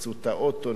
רחצו את האוטו.